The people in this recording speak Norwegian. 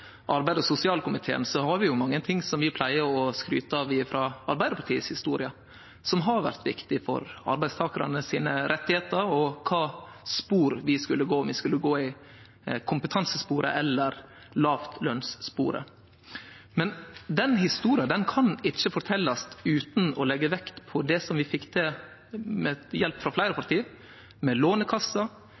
og sosialkomiteen, er det mange ting som vi pleier å skryte av frå Arbeidarpartiets historie som har vore viktige for arbeidstakarane sine rettar og for kva spor vi skulle gå, om vi skulle gå i kompetansesporet eller i låglønssporet. Men den historia kan ikkje forteljast utan å leggje vekt på det som vi fekk til med hjelp frå fleire parti – med Lånekassa